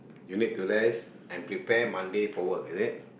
you need to rest and prepare Monday for work is it